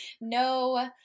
No